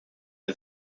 der